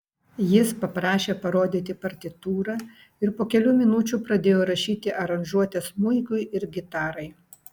jis paprašė parodyti partitūrą ir po kelių minučių pradėjo rašyti aranžuotes smuikui ir gitarai